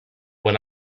when